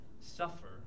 suffer